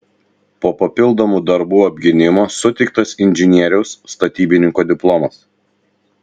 po papildomo darbų apgynimo suteiktas inžinieriaus statybininko diplomas